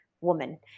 woman